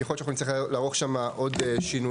כי יכול להיות שאנחנו נצטרך לערוך שם עוד שינויים